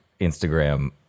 instagram